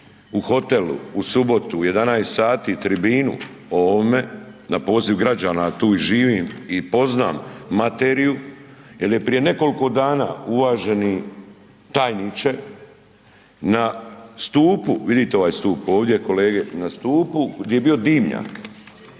u hotelu, u subotu u 11 sati tribinu o ovome na poziv građana, tu i živim i poznam materiju jer je prije nekoliko dana, uvaženi tajniče, na stupu, vidite ovaj stup ovdje, kolege, na stupu di je bio dimnjak,